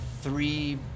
three